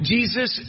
Jesus